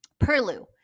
Perlu